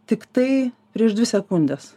tiktai prieš dvi sekundes